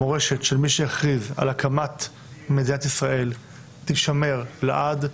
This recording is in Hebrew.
המורשת של מי שהכריז על הקמת מדינת ישראל תישמר לעד.